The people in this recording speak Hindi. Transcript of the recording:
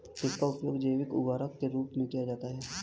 किसका उपयोग जैव उर्वरक के रूप में किया जाता है?